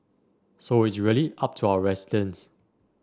so it's really up to our residents